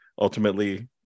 ultimately